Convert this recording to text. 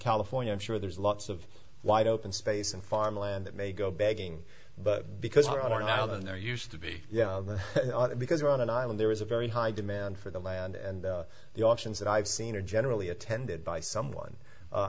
california i'm sure there's lots of wide open space and farmland that may go begging but because there are now than there used to be because we're on an island there is a very high demand for the land and the options that i've seen are generally attended by someone